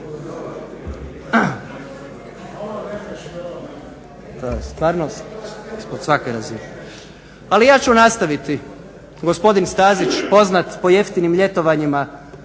ali ja ću nastaviti. Gospodin Stazić poznat po jeftinim ljetovanjima